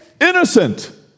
Innocent